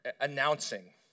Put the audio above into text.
announcing